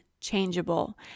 changeable